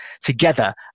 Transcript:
together